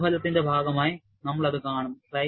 പരീക്ഷണ ഫലത്തിന്റെ ഭാഗമായി നമ്മൾ അത് കാണും